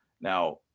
Now